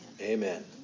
Amen